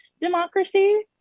democracy